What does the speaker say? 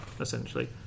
essentially